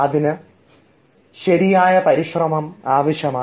അതിന് ശരിയായ പരിശ്രമം ആവശ്യമാണ്